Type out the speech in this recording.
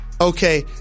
Okay